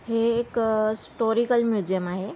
हे एक historical museum आहे